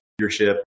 leadership